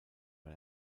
bei